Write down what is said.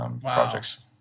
projects